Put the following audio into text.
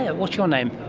ah what's your name?